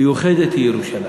מיוחדת היא ירושלים,